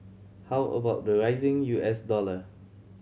how about the rising U S dollar